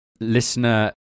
listener